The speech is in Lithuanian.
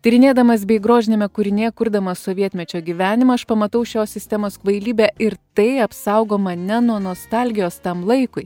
tyrinėdamas bei grožiniame kūrinyje kurdamas sovietmečio gyvenimą aš pamatau šios sistemos kvailybę ir tai apsaugo mane nuo nostalgijos tam laikui